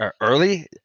early